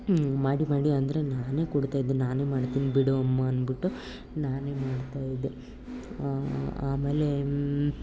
ಮಾಡಿ ಮಾಡಿ ಅಂದರೆ ನಾನೇ ಕೊಡ್ತಾಯಿದ್ದೆ ನಾನೇ ಮಾಡ್ತೀನಿ ಬಿಡು ಅಮ್ಮ ಅಂದ್ಬಿಟ್ಟು ನಾನೇ ಮಾಡ್ತಾಯಿದ್ದೆ ಆಮೇಲೆ